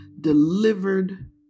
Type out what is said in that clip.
delivered